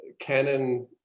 Canon